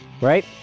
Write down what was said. Right